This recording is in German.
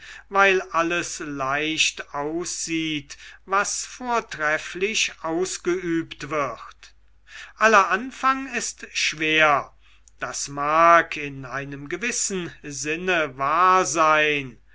weil alles leicht aussieht was vortrefflich ausgeübt wird aller anfang ist schwer das mag in einem gewissen sinne wahr sein